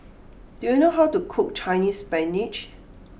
do you know how to cook Chinese Spinach